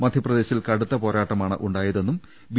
മധ്യപ്രദേശിൽ കടുത്ത പോരാട്ടമാണുണ്ടായതെന്നും ബി